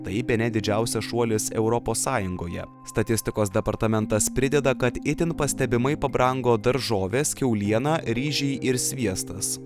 tai bene didžiausias šuolis europos sąjungoje statistikos departamentas prideda kad itin pastebimai pabrango daržovės kiauliena ryžiai ir sviestas